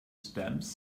stamps